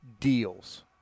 Deals